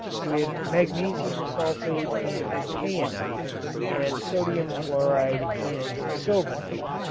with magnesium sulfate in kainite and sodium chloride in sylvinite.